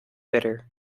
bitter